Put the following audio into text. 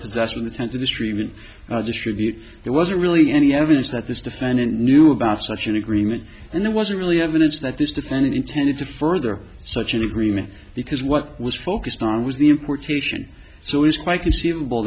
possess in the tent a disagreement distribute there wasn't really any evidence that this defendant knew about such an agreement and it was really evidence that this defendant intended to further such an agreement because what was focused on was the importation so it's quite conceivable